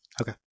okay